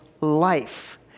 life